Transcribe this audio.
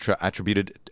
attributed